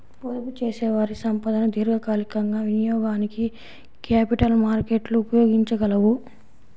పొదుపుచేసేవారి సంపదను దీర్ఘకాలికంగా వినియోగానికి క్యాపిటల్ మార్కెట్లు ఉపయోగించగలవు